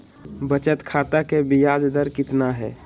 बचत खाता के बियाज दर कितना है?